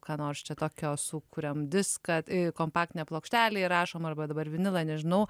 ką nors čia tokio sukuriam diską kompaktinę plokštelę įrašom arba dabar vinilą nežinau